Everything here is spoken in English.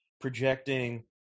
projecting